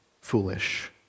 foolish